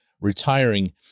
retiring